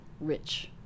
rich